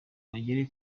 bagere